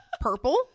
Purple